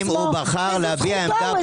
זאת זכותו.